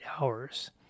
hours